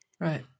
Right